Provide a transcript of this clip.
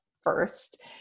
first